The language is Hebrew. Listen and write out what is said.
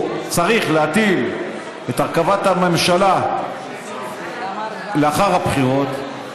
או כשצריך להטיל את הרכבת הממשלה לאחר הבחירות,